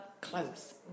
Close